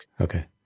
Okay